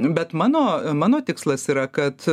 bet mano mano tikslas yra kad